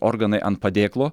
organai ant padėklo